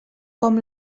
com